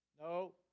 no